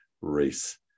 race